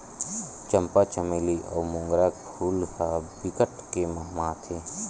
चंपा, चमेली अउ मोंगरा फूल ह बिकट के ममहाथे